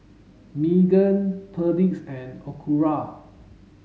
Megan Perdix and Acura